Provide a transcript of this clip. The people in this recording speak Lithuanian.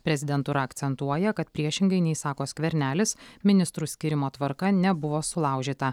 prezidentūra akcentuoja kad priešingai nei sako skvernelis ministrų skyrimo tvarka nebuvo sulaužyta